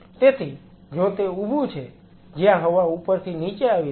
તેથી જો તે ઊભું છે જ્યાં હવા ઉપરથી નીચે આવી રહી છે